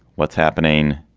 what's happening?